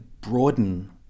broaden